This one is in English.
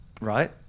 Right